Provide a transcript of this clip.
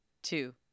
Two